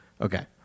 Okay